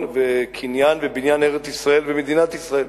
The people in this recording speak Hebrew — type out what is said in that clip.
וקניין ובניין ארץ-ישראל ומדינת ישראל.